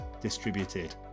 distributed